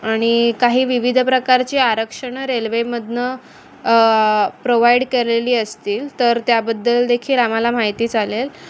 आणि काही विविध प्रकारची आरक्षणं रेल्वेमधनं प्रोवाईड केलेली असतील तर त्याबद्दल देखील आम्हाला माहिती चालेल